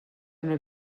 una